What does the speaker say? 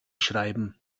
schreiben